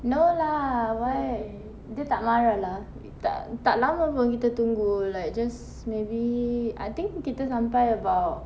no lah why dia tak marah lah tak tak lama pun kita tunggu like just maybe I think kita sampai about